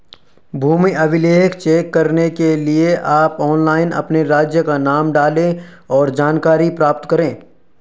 भूमि अभिलेख चेक करने के लिए आप ऑनलाइन अपने राज्य का नाम डालें, और जानकारी प्राप्त करे